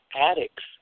addicts